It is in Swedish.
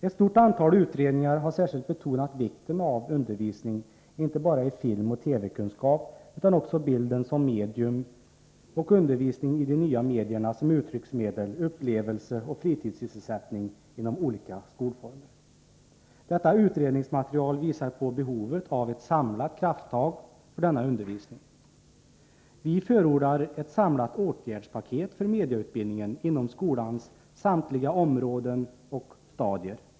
Ett stort antal utredningar har särskilt betonat vikten av undervisning inte bara i filmoch TV-kunskap utan också i bilden som medium och i de nya medierna som uttrycksmedel, upplevelse och fritidssysselsättning inom olika skolformer. Detta utredningsmaterial visar på behovet av ett samlat krafttag för denna undervisning. Vi förordar ett samlat åtgärdspaket för mediautbildning inom skolans samtliga områden och stadier.